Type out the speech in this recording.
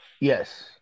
yes